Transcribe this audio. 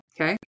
Okay